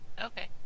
Okay